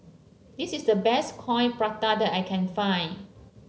this is the best Coin Prata that I can find